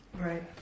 Right